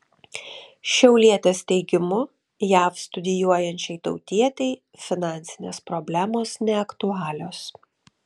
šiaulietės teigimu jav studijuojančiai tautietei finansinės problemos neaktualios